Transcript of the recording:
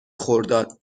خرداد